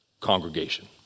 congregation